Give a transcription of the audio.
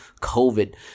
COVID